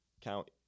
count